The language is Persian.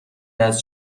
است